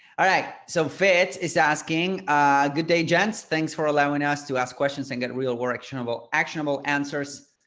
all right, so fitz is asking a good day, gents. thanks for allowing us to ask questions and get real world actionable, actionable answers.